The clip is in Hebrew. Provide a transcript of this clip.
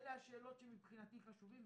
אלה השאלות שמבחינתי חשובות,